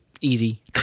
easy